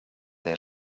they